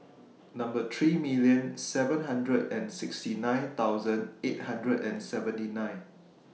thirty million seven hundred sixty nine thousand eight hundred and seventy nine